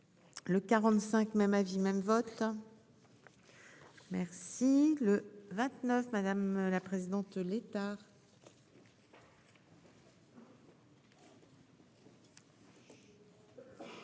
Le 45, même avis même vote. Merci le 29. Madame la présidente. L'État.